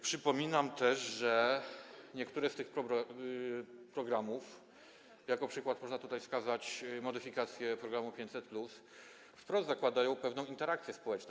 Przypominam też, że niektóre z tych programów, jako przykład można wskazać modyfikację programu 500+, wprost zakładają pewną interakcję społeczną.